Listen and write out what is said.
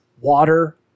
water